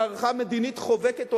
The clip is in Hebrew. מערכה מדינית חובקת עולם,